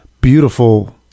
Beautiful